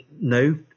no